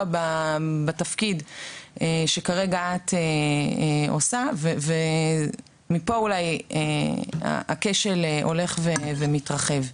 בתפקיד שכרגע את עושה ומפה אולי הכשל הולך ומתרחב.